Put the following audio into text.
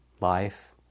life